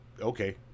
okay